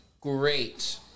great